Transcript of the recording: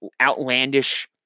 outlandish